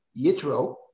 Yitro